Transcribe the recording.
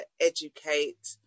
educate